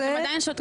אתם עדיין שותקים.